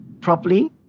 properly